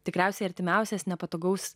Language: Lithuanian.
tikriausiai artimiausias nepatogaus